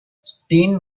stein